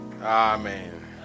Amen